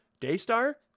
Daystar